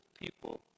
people